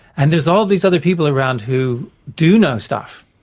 and there's all these other people around who do know stuff,